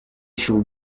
shall